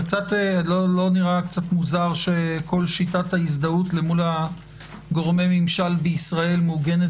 לא נראה קצת מוזר שכל שיטת ההזדהות למול גורמי הממשלה בישראל מעוגנת